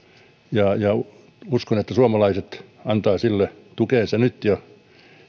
ja ja uskon että suomalaiset antavat sille tukensa nyt jo